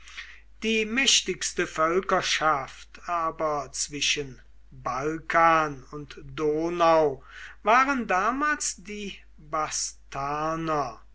die mächtigste völkerschaft aber zwischen balkan und donau waren damals die